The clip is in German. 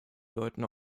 deuten